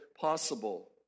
possible